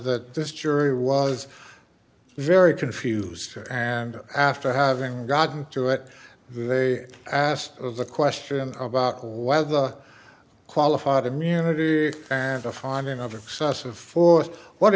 that this jury was very confused and after having gotten to it they asked the question about whether qualified immunity and a finding of excessive force what